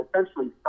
essentially